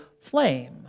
flame